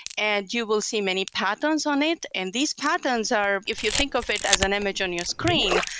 and you will see many patterns on it, and these patterns are if you think of it as an image on your screen,